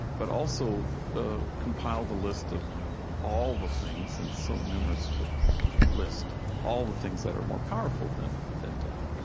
but also compile the list of all the things and so numerous to list all the things that are more powerful than than death.